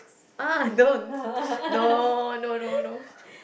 [wah] don't no no no no